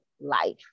life